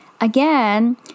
Again